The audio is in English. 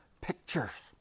pictures